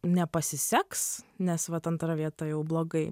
nepasiseks nes vat antra vieta jau blogai